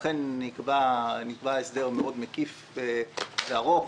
ואכן נקבע הסדר מקיף מאוד וארוך,